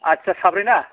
आदसा साब्रैना